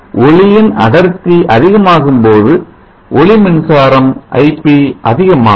ஒளியின் அடர்த்தி அதிகமாகும் பொழுது ஒளி மின்சாரம் ip அதிகமாகும்